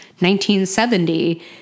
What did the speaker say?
1970